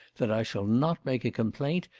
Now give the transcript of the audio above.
that i shall not make a complaint,